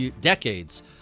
decades